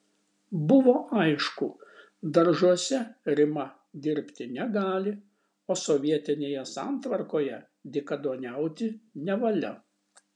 buvo aišku daržuose rima dirbti negali o sovietinėje santvarkoje dykaduoniauti nevalia